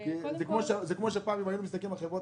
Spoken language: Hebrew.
זה כמו שפעם אם היינו מסתכלים על חברות